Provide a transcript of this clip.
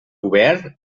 obert